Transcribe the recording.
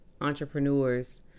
entrepreneurs